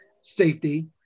safety